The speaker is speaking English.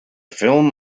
film